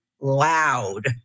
loud